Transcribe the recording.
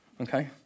okay